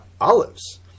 olives